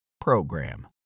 PROGRAM